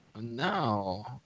No